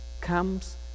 comes